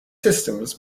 systems